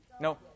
no